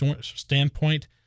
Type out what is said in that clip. standpoint